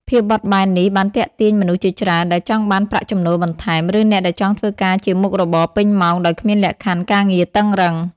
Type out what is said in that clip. ភាពបត់បែននេះបានទាក់ទាញមនុស្សជាច្រើនដែលចង់បានប្រាក់ចំណូលបន្ថែម ឬអ្នកដែលចង់ធ្វើការជាមុខរបរពេញម៉ោងដោយគ្មានលក្ខខណ្ឌការងារតឹងរ៉ឹង។